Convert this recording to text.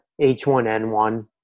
H1N1